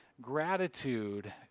Gratitude